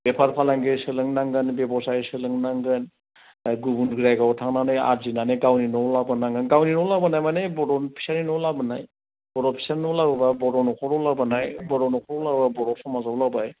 बेफार फालांगि सोलोंनांगोन बेब'साय सोलोंनांगोन गुबुन जायगायाव थांनानै आर्जिनानै गावनि न'आव लाबोनांगोन गावनि न'आव लाबोनाय माने बर'नि फिसानि न'आव लाबोनाय बर' फिसानि न'आव लाबोबा बर' न'खराव लाबोनाय बर' न'खराव बा बर' समाजाव लाबोनाय